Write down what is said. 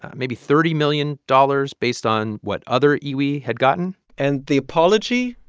maybe thirty million dollars based on what other iwi had gotten and the apology,